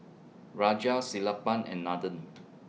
Raja Sellapan and Nathan